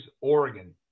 Oregon